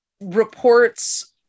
reports